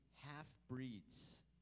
Half-breeds